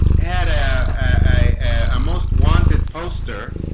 had ah a um most wanted poster